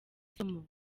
isomo